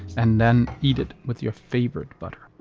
and then eat it with your favorite butter.